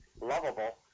lovable